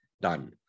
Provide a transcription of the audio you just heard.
done